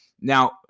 Now